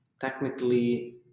technically